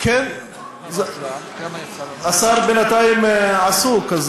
השר בינתיים עסוק.